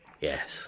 Yes